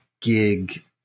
gig